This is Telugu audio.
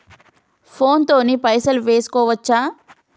ఫోన్ తోని పైసలు వేసుకోవచ్చా?